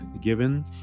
given